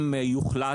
אם יוחלט,